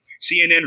CNN